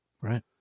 Right